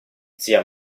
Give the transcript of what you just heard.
zia